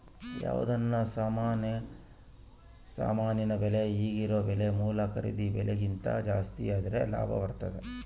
ಯಾವುದನ ಸಾಮಾನಿನ ಬೆಲೆ ಈಗಿರೊ ಬೆಲೆ ಮೂಲ ಖರೀದಿ ಬೆಲೆಕಿಂತ ಜಾಸ್ತಿದ್ರೆ ಲಾಭ ಬರ್ತತತೆ